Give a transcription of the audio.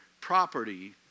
property